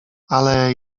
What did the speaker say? ale